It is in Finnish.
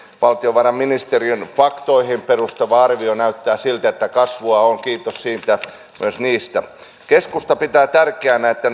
valtiovarainministeriön faktoihin perustuva arvio näyttää siltä että kasvua on kiitos myös niistä keskusta pitää tärkeänä että